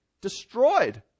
destroyed